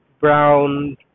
brown